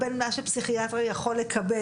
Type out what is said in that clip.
בין מה שפסיכיאטר יכול לקבל,